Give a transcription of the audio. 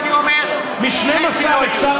מ-12 אפשר